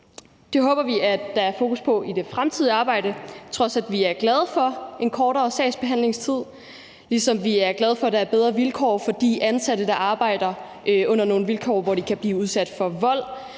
Det håber vi at der er fokus på i det fremtidige arbejde. På trods af det er vi glade for en kortere sagsbehandlingstid, ligesom vi er glade for, at der er bedre vilkår for de ansatte, der arbejder under nogle vilkår, hvor de kan blive udsat for vold,